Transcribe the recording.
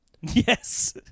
Yes